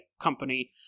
company